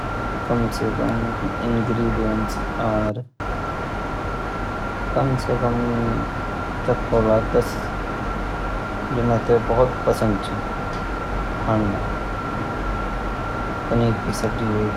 कम से कम इंग्रेडिएंट्स और कम से कम दस होला जो मैं ते बहुत पसंद च खाने में पनीर की सब्जी वे